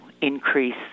increase